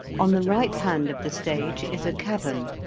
on the right hand of the stage is a cavern.